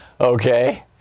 Okay